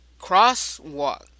crosswalk